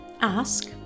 Ask